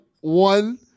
one